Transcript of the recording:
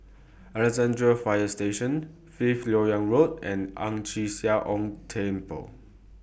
Alexandra Fire Station Fifth Lok Yang Road and Ang Chee Sia Ong Temple